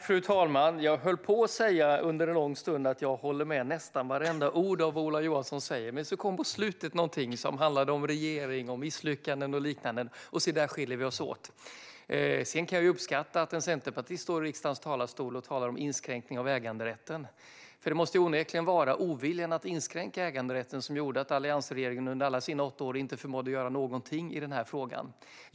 Fru talman! Jag höll under en lång stund på att säga att jag håller med om nästan vartenda ord som Ola Johansson säger. Men sedan kom det på slutet någonting som handlade om regering, om misslyckanden och liknande, och si där skiljer vi oss åt. Sedan kan jag ju uppskatta att en centerpartist står i riksdagens talarstol och talar om inskränkning av äganderätten, för det måste onekligen vara oviljan att inskränka äganderätten som gjorde att alliansregeringen under alla sina åtta år inte förmådde att göra någonting i den här frågan.